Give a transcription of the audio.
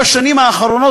בשנים האחרונות,